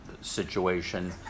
situation